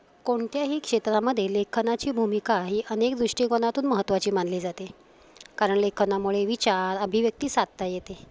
कोणत्याही क्षेत्रामध्ये लेखनाची भूमिका ही अनेक दृष्टिकोनातून महत्वाची मानली जाते कारण लेखनामुळे विचार अभिव्यक्ती साधता येते